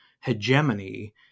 hegemony